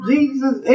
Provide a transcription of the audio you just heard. Jesus